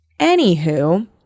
Anywho